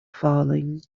falling